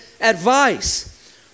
advice